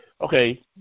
okay